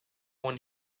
one